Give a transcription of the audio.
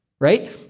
Right